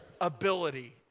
ability